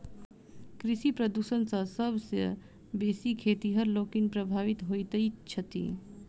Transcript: कृषि प्रदूषण सॅ सभ सॅ बेसी खेतिहर लोकनि प्रभावित होइत छथि